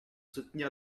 soutenir